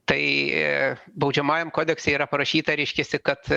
tai baudžiamajam kodekse yra parašyta reiškiasi kad